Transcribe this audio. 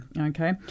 Okay